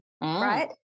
right